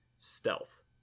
stealth